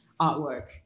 artwork